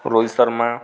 Rohit Sharma